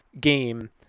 game